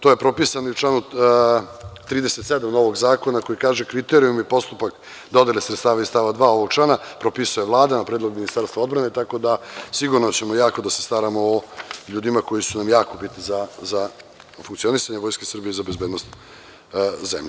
To je propisano i u članu 37. novog zakona koji kaže – kriterijumi i postupak dodele sredstava iz stava 2. ovog člana propisuje Vlade na predlog Ministarstva odbrane, tako da ćemo sigurno jako da se staramo o ljudima koji su nam jako bitni za funkcionisanje Vojske Srbije i za bezbednost zemlje.